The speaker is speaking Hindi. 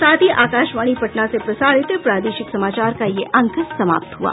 इसके साथ ही आकाशवाणी पटना से प्रसारित प्रादेशिक समाचार का ये अंक समाप्त हुआ